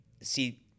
see